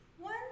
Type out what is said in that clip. one